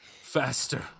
faster